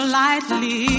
lightly